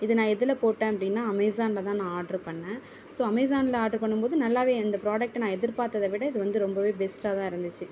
இது நான் எதில் போட்டேன் அப்படினா அமேசானில் தான் நான் ஆட்ரு பண்ணேன் ஸோ அமேசானில் ஆட்ரு பண்ணும்போது நல்லாவே இந்த ப்ராடெக்ட்டை நான் எதிர்பார்த்தத விட இது வந்து ரொம்பவே பெஸ்ட்டாக தான் இருந்துச்சு